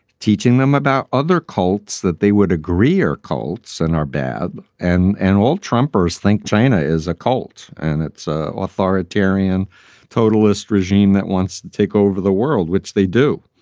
teaching them about other cults that they would agree or cults and are bad and and all. trumper think china is a cult and it's ah ah authoritarian total ist regime that wants to take over the world, which they do.